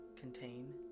Contain